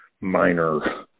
minor